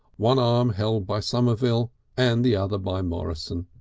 one arm held by somerville and the other by morrison.